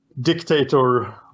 dictator